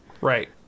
Right